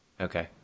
Okay